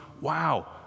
wow